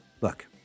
look